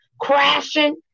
crashing